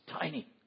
Tiny